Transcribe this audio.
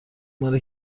مال